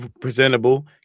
presentable